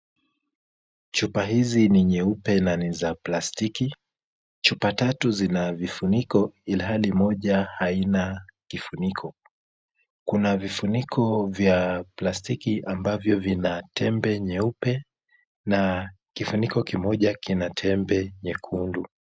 Chupa hizi ni nyeupe na ni za plastiki, Chupa tatu zina vifuniko ilhali moja haina kifuniko. Kuna vifuniko vya plastiki ambavyo vina tembe nyeupe, na kifuniko kimoja kina tembe nyekundu.